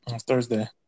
Thursday